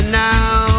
now